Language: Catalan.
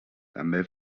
també